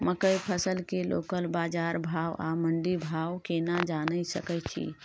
मकई फसल के लोकल बाजार भाव आ मंडी भाव केना जानय सकै छी?